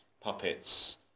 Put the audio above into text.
puppets